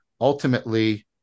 ultimately